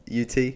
UT